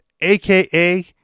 aka